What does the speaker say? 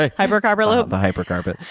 ah hyper carpet loop. the hyper carpet.